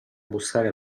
bussare